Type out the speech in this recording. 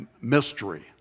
mystery